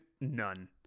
none